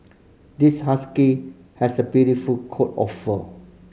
this husky has a beautiful coat of fur